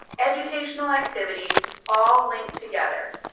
educational activities, all linked together.